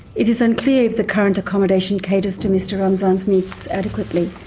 it is unclear if the current accommodation caters to mr ramzan's needs adequately.